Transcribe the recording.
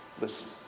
listen